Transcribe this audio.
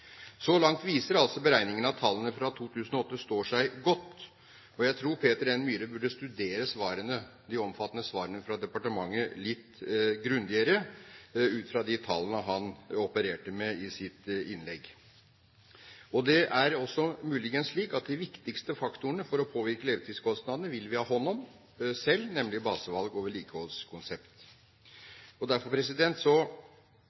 Så langt viser altså beregningene at tallene fra 2008 står seg godt. Jeg tror Peter N. Myhre burde studere de omfattende svarene fra departementet litt grundigere, ut fra de tallene han opererte med i sitt innlegg. Det er også muligens slik at de viktigste faktorene for å påvirke levetidskostnadene vil vi ha hånd om selv, nemlig basevalg og